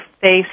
face